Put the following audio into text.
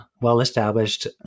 well-established